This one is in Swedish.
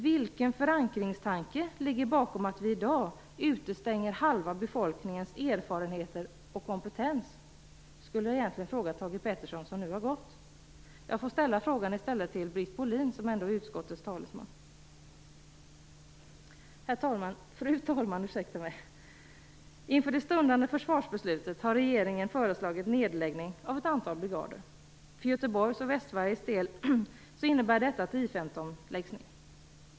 Vilken förankringstanke ligger bakom att vi i dag utestänger halva befolkningens erfarenheter och kompetens? Den frågan hade jag egentligen tänkt ställa till Thage G Peterson, men eftersom han inte är här ställer jag den till utskottets talesman Britt Bohlin. Fru talman! Inför det stundande försvarsbeslutet har regeringen föreslagit nedläggning av ett antal brigader. För Göteborgs och Västsveriges del innebär det att I 15 läggs ned.